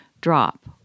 drop